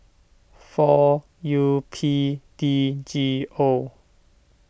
four U P D G O